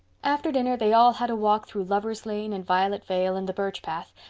after dinner they all had a walk through lover's lane and violet vale and the birch path,